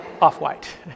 Off-white